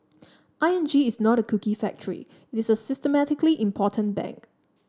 I N G is not a cookie factory it is a systemically important bank